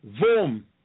boom